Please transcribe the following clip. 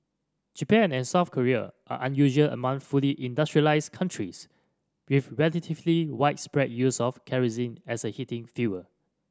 Japan and South Korea are unusual among fully industrialised countries with relatively widespread use of kerosene as a heating fuel